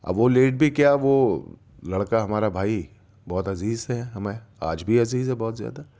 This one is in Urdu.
اب وہ لیٹ بھی کیا وہ لڑکا ہمارا بھائی بہت عزیز ہے ہمیں آج بھی عزیز ہے بہت زیادہ